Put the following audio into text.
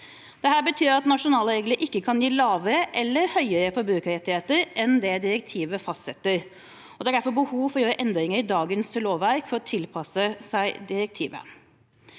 Dette betyr at nasjonale regler ikke kan gi lavere eller høyere forbrukerrettigheter enn det direktivet fastsetter. Det er derfor behov for å gjøre endringer i dagens lovverk for å tilpasse seg direktivet.